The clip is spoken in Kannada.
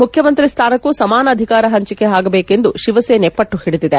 ಮುಖ್ಯಮಂತ್ರಿ ಸ್ಥಾನಕ್ಕೂ ಸಮಾನ ಅಧಿಕಾರ ಹಂಚಿಕೆ ಆಗಬೇಕು ಎಂದು ಶಿವಸೇನೆ ಪಟ್ಟುಹಿಡಿದಿದೆ